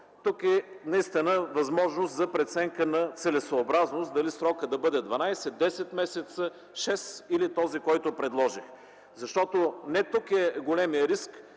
Тук наистина е възможно за преценка на целесъобразност дали срокът да бъде 12, 10, 6 месеца или този, който предложих. Защото не тук е големият риск,